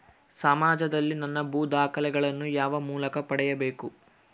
ಸಮಾಜದಲ್ಲಿ ನನ್ನ ಭೂ ದಾಖಲೆಗಳನ್ನು ಯಾವ ಮೂಲಕ ಪಡೆಯಬೇಕು?